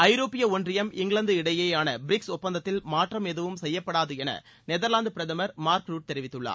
ஐரோப்பிய ஒன்றியம் இங்கிலாந்து இடையேயான பிரிக்ஸ் ஒப்பந்தத்தில் மாற்றம் எதுவும் செய்யப்படாது என நெதர்லாந்து பிரதமர் திரு மார்க் ரூட் தெரிவித்துள்ளார்